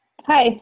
Hi